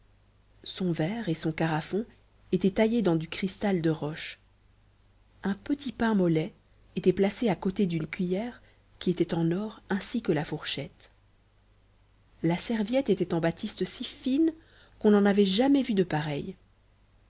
son verre et son carafon étaient taillés dans du cristal de roche un petit pain mollet était placé à côté d'une cuiller qui était en or ainsi que la fourchette la serviette était en batiste si fine qu'on n'en avait jamais vu de pareille